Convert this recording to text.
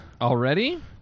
Already